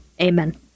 Amen